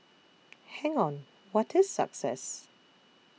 hang on what is success